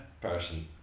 person